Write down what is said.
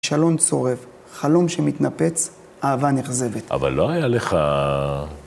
שלום צורף, חלום שמתנפץ, אהבה נכזבת. אבל לא היה לך...